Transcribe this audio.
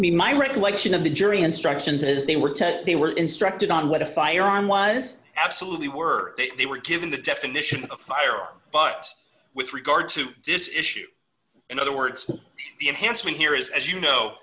mean my recollection of the jury instructions is they were they were instructed on what a firearm was absolutely were they were given the definition of a firearm but with regard to this issue in other words the enhancement here is as you know